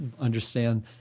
understand